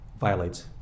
violates